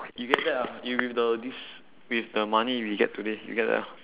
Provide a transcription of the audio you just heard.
you get that lah you with the disc~ with the money we get today you get that lah